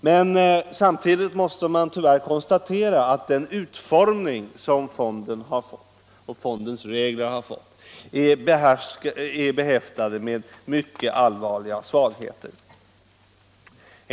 Men samtidigt måste man tyvärr konstatera att den utformning som fondens regler har fått är behäftad med mycket allvarliga svagheter.